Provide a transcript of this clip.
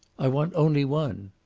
i want only one.